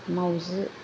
माउजि